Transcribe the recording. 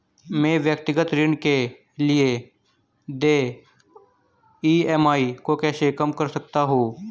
मैं व्यक्तिगत ऋण के लिए देय ई.एम.आई को कैसे कम कर सकता हूँ?